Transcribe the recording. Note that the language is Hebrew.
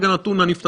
בין הפונה לשב"כ.